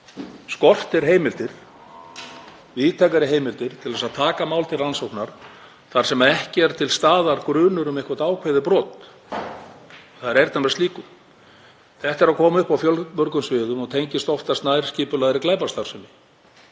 skortir heimildir, víðtækari heimildir, til að taka mál til rannsóknar þar sem ekki er til staðar grunur um ákveðið brot. Það er eyrnamerkt slíku. Þetta er að koma upp á fjölmörgum sviðum og tengist oftast nær skipulagðri glæpastarfsemi